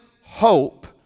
hope